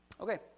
Okay